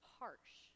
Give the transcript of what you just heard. harsh